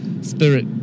spirit